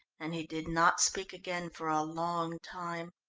and he did not speak again for a long time.